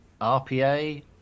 rpa